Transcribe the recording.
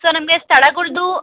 so ನಮಗೆ ಸ್ಥಳಗಳದ್ದು